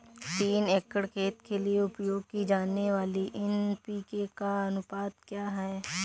तीन एकड़ खेत के लिए उपयोग की जाने वाली एन.पी.के का अनुपात क्या है?